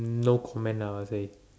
no comment lah I will say